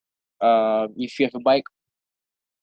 um if you have a bike